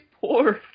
poor